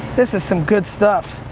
this is some good stuff.